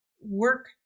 work